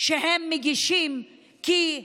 שהצהיר שאין להמשיך